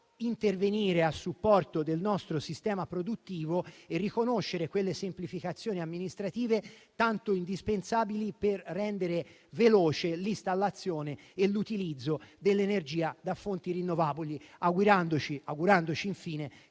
intervento a supporto del nostro sistema produttivo e dal riconoscimento delle semplificazioni amministrative tanto indispensabili per rendere veloce l'installazione e l'utilizzo dell'energia da fonti rinnovabili. Ci auguriamo infine che